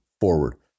forward